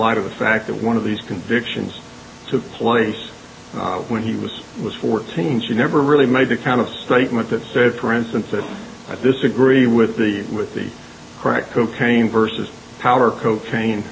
light of the fact that one of these convictions took place when he was was fourteen she never really made the kind of statement that said for instance that i disagree with the with the crack cocaine versus power cocaine